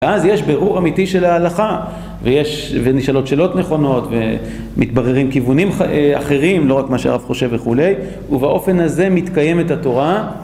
ואז יש ברור אמיתי של ההלכה ויש ונשאלות שאלות נכונות ומתבררים כיוונים אחרים לא רק מה שהרב חושב וכולי ובאופן הזה מתקיים את התורה